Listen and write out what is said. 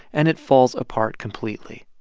and it falls apart completely.